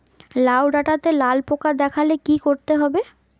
লাউ ডাটাতে লাল পোকা দেখালে কি করতে হবে?